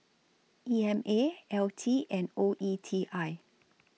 E M A L T and O E T I